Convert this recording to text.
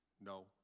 No